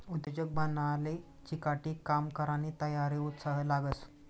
उद्योजक बनाले चिकाटी, काम करानी तयारी, उत्साह लागस